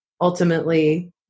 ultimately